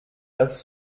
das